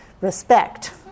respect